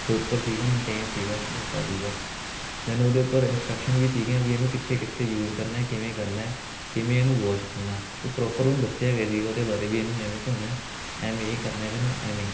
proper ਸੀਗਾ maintain ਸੀਗਾ ਮੋਟਾ ਸੀਗਾ ਦੈਨ ਉਹਦੇ ਉੱਪਰ ਇੰਸਟਰਕਸ਼ਨ ਵੀ ਸੀਗੀਆਂ ਵੀ ਇਹਨੂੰ ਕਿੱਥੇ ਕਿੱਥੇ ਯੂਜ਼ ਕਰਨਾ ਕਿਵੇਂ ਕਰਨਾ ਕਿਵੇਂ ਇਹਨੂੰ ਵੋਸ਼ ਕਰਨਾ ਉਹ ਪ੍ਰੋਪਰ ਉਹਨੂੰ ਦੱਸਿਆ ਗਿਆ ਸੀਗਾ ਉਹਦੇ ਬਾਰੇ ਵੀ ਇਹਨੂੰ ਐਵੇਂ ਧੋਣਾ ਐਵੇਂ ਇਹ ਕਰਨਾ ਇਹਦੇ ਨਾਲ ਐਵੇਂ